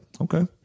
okay